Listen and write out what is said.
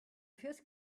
first